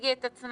תציגי את עצמך,